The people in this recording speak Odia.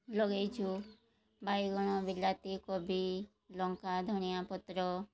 ଲଗାଇଛୁ ବାଇଗଣ ବିଲାତି କୋବି ଲଙ୍କା ଧନିଆ ପତ୍ର